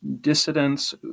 dissidents